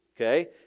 okay